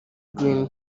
green